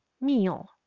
meal